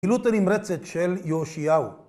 פעילות הנמרצת של יאושיהו